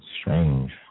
Strange